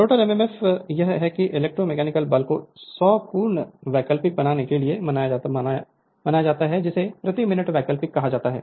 rotor EMF यह है कि इलेक्ट्रोमोटिव बल को 100 पूर्ण वैकल्पिक बनाने के लिए मनाया जाता है जिसे प्रति मिनट वैकल्पिक कहा जाता है